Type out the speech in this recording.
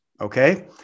Okay